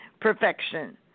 perfection